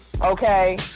okay